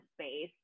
space